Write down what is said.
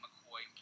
McCoy